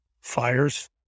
Fires